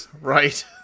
Right